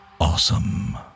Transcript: Awesome